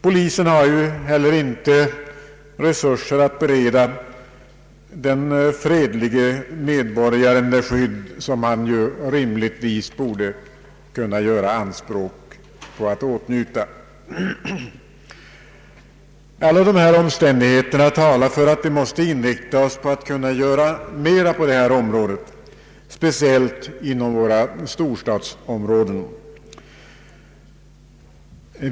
Polisen har heller inte resurser att bereda den fredlige medborgaren det skydd som han rimligtvis borde kunna göra anspråk på. Alla dessa omständigheter talar för att vi måste inrikta oss på att göra mera på detta område, speciellt inom storstadsregionerna.